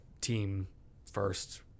team-first